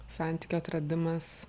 santykio atradimas